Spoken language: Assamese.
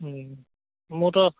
মোৰতো